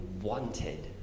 wanted